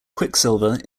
quicksilver